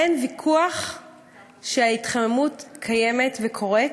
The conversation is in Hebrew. אין ויכוח שההתחממות קיימת וקורית,